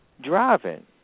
driving